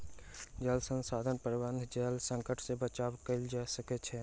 जल संसाधन प्रबंधन जल संकट से बचाव कअ सकै छै